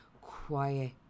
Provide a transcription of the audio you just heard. quiet